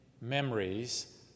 memories